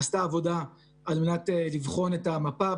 עשתה עבודה על מנת לבחון את המפה,